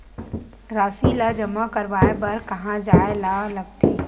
राशि ला जमा करवाय बर कहां जाए ला लगथे